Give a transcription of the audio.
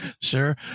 Sure